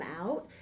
out